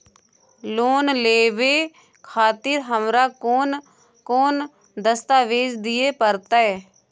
Loan लेवे खातिर हमरा कोन कौन दस्तावेज दिय परतै?